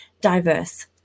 Diverse